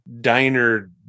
diner